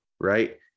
Right